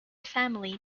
family